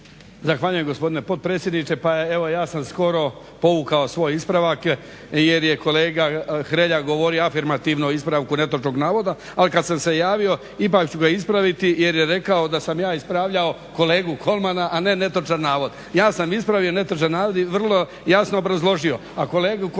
Zahvaljujem gospodine potpredsjedniče. Pa evo ja sam skoro povukao svoj ispravak jer je kolega Hrelja govorio afirmativno o ispravku netočnog navoda, ali kad sam se javio ipak ću ga ispraviti jer je rekao da sam ja ispravljao kolegu Kolmana, a ne netočan navod. Ja sam ispravio netočan navod i vrlo jasno obrazložio,